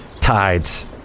Tides